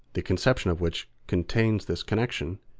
the conception of which contains this connection,